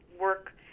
work